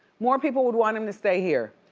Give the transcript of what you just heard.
more people would want him to stay here,